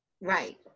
right